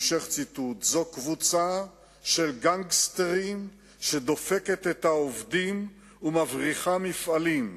המשך ציטוט: "זו קבוצה של גנגסטרים שדופקת את העובדים ומבריחה מפעלים.